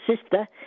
sister